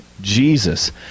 Jesus